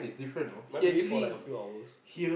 mine maybe for like a few hours